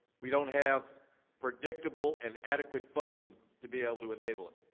we don't have predictable and adequate funding to be able to enable it.